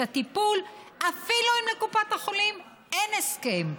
הטיפול אפילו אם לקופת החולים אין הסכם.